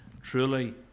truly